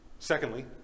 secondly